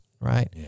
right